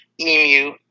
emu